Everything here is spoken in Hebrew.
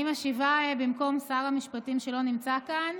אני משיבה במקום שר המשפטים, שלא נמצא כאן.